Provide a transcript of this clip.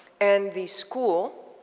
and the school,